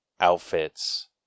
outfits